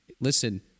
Listen